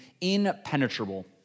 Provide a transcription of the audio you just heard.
impenetrable